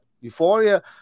Euphoria